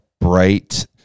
bright